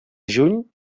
juny